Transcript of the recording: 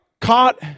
Caught